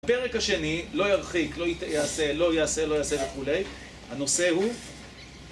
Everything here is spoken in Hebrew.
בפרק השני, לא ירחיק, לא יעשה, לא יעשה, לא יעשה וכולי, הנושא הוא...